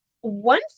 one